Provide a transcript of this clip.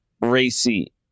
racy